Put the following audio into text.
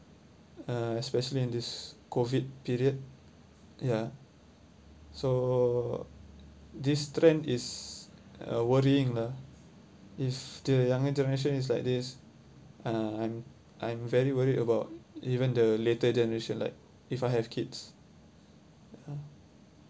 uh especially in this COVID period ya so this trend is a worrying lah if the young generation is like this uh I'm I'm very worried about even the later generation like if I have kids ya